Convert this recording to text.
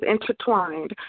intertwined